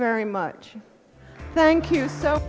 very much thank you so